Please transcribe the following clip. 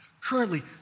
Currently